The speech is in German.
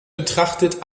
betrachtet